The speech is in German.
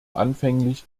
anfänglich